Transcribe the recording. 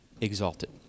exalted